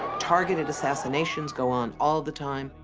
targeted assassinations go on all the time.